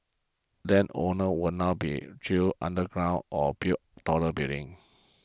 land owners will now be drill underground or build taller buildings